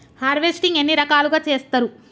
Harvesting ఎన్ని రకాలుగా చేస్తరు?